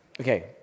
Okay